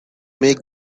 make